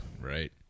right